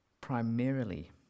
primarily